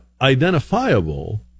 identifiable